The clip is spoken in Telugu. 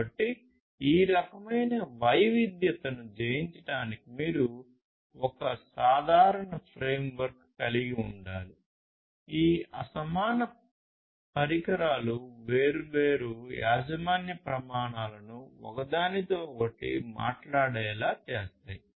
కాబట్టి ఈ రకమైన వైవిధ్యతను జయించటానికి మీరు ఒక సాధారణ ఫ్రేమ్వర్క్ కలిగి ఉండాలి ఈ అసమాన పరికరాలు వేర్వేరు యాజమాన్య ప్రమాణాలను ఒకదానితో ఒకటి మాట్లాడేలా చేస్తాయి